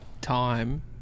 time